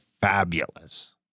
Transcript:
fabulous